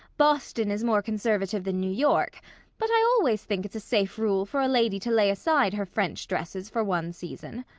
boston is more conservative than new york but i always think it's a safe rule for a lady to lay aside her french dresses for one season,